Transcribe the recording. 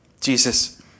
Jesus